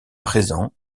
présents